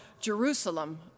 Jerusalem